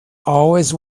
always